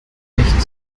nicht